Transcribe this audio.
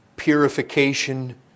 purification